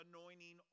anointing